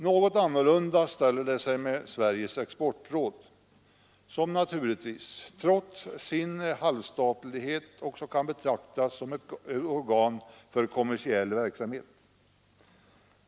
Något annorlunda ställer det sig med Sveriges exportråd, som naturligtvis, trots sin halvstatlighet, kan betraktas som ett organ för kommersiell verksamhet.